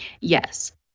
Yes